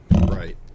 Right